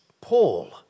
Paul